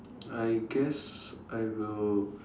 I guess I will